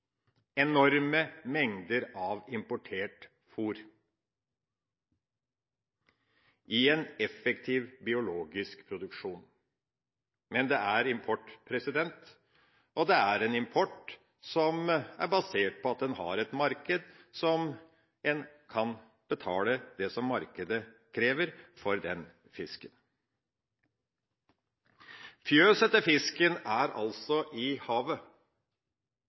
enorme mengder importert fôr i en effektiv biologisk produksjon. Men det er import, og det er en import som er basert på at en har et marked, og en kan betale det som markedet krever for den fisken. Fjøset til fisken er altså i havet.